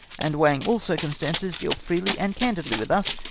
and weighing all circumstances deal freely and candidly with us,